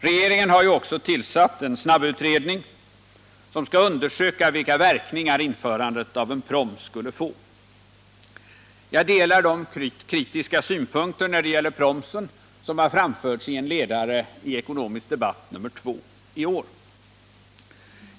Regeringen har ju också tillsatt en snabbutredning, som skall undersöka vilka verkningar införandet av en proms skulle få. Jag delar de kritiska synpunkter när det gäller promsen som framförts i en ledare i Ekonomisk Debatt nr 2 iår.